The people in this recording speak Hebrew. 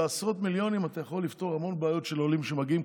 בעשרות מיליונים אתה יכול לפתור המון בעיות של עולים שמגיעים,